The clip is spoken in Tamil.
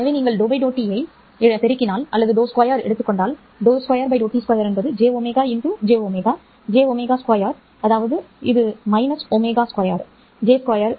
எனவே நீங்கள் δ δt ஐ பெருக்கினால் அல்லது ∂2எடுத்துக் கொண்டால் ∂t2 jω 2 அதாவது -ω2